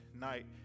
night